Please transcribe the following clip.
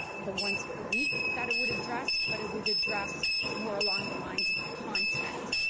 the once-per-week that it would address, but it would address more along the lines of content.